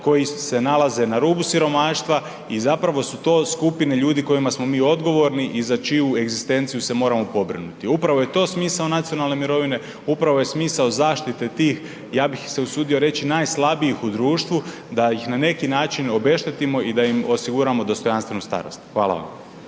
koji se nalaze na rubu siromaštva i zapravo su to skupine ljudi kojima smo mi odgovorni i za čiju egzistenciju se moramo pobrinuti. Upravo je to smisao nacionalne mirovine, upravo je smisao zaštite tih, ja bih se usudio reći, najslabijih društvu, da ih na neki način obeštetimo i da im osiguramo dostojanstvenu starost, hvala vam.